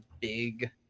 big